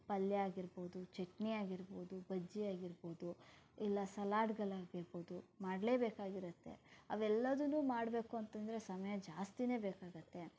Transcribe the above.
ಪಲ್ಯ ಆಗಿರ್ಬೌದು ಚಟ್ನಿ ಆಗಿರ್ಬೌದು ಬಜ್ಜಿ ಆಗಿರ್ಬೌದು ಇಲ್ಲ ಸಲಾಡ್ಗಳಾಗಿರ್ಬೌದು ಮಾಡಲೇಬೇಕಾಗಿರತ್ತೆ ಅವೆಲ್ಲವನ್ನೂ ಮಾಡಬೇಕು ಅಂತಂದರೆ ಸಮಯ ಜಾಸ್ತಿಯೇ ಬೇಕಾಗುತ್ತೆ